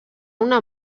una